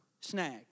snag